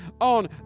on